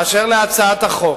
באשר להצעת החוק,